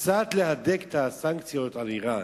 קצת להדק את הסנקציות על אירן.